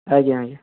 ଆଜ୍ଞା ଆଜ୍ଞା